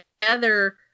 together